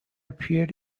appeared